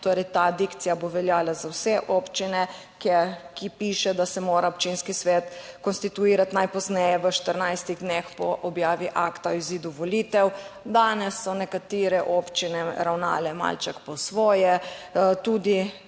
torej ta dikcija bo veljala za vse občine, kjer piše, da se mora občinski svet konstituirati najpozneje v 14 dneh po objavi akta o izidu volitev. Danes so nekatere občine ravnale malček po svoje. Tudi